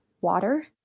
water